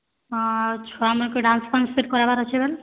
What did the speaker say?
ହଁ ଆଉ ଛୁଆମାନ୍ଙ୍କ ଡ଼୍ୟାନ୍ସ୍ ଫାନ୍ସ୍ ବି କରାବାର୍ ଅଛେ